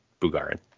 Bugarin